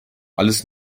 alles